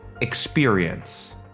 Experience